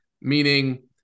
meaning